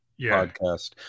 podcast